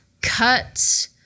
cut